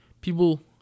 people